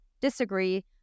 disagree